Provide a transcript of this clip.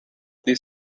these